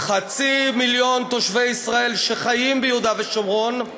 חצי מיליון תושבי ישראל שחיים ביהודה ושומרון,